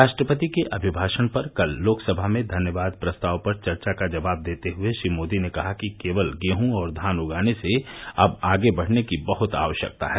राष्ट्रपति के अभिभाषण पर कल लोकसभा में धन्यवाद प्रस्ताव पर चर्चा का जवाब देते हुए श्री मोदी ने कहा कि केवल गेह और धान उगाने से अब आगे बढने की बहत आवश्यकता है